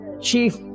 Chief